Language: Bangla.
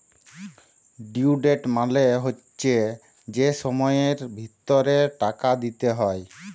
ডিউ ডেট মালে হচ্যে যে সময়ের ভিতরে টাকা দিতে হ্যয়